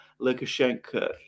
Lukashenko